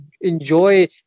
enjoy